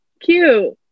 cute